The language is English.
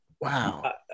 Wow